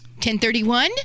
1031